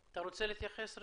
אתה רוצה להתייחס?